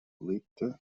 lebte